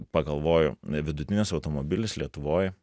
pagalvoju vidutinis automobilis lietuvoj